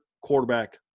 quarterback